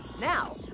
Now